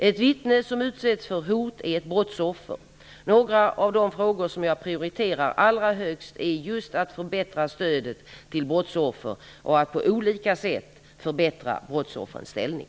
Ett vittne som utsätts för hot är ett brottsoffer. Några av de frågor som jag prioriterar allra högst är just att förbättra stödet till brottsoffer och att på olika sätt förbättra brottsoffrens ställning.